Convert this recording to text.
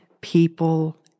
people